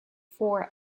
for